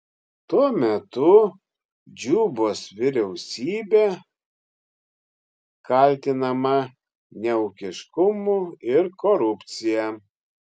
tuo metu džubos vyriausybė kaltinama neūkiškumu ir korupcija